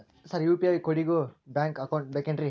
Sir UPI ಕೋಡಿಗೂ bank account ಬೇಕೆನ್ರಿ?